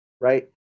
right